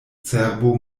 cerbo